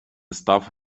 став